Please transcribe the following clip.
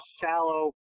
shallow